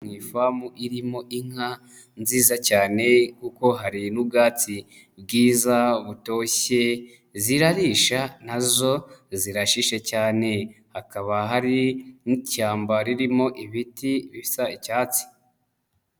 Ni ifamu irimo inka nziza cyane kuko hari n'ubwatsi bwiza butoshye, zirarisha na zo zirashishe cyane. Hakaba hari n'ishyamba ririmo ibiti bisa icyatsi.